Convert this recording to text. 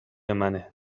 منه